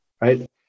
right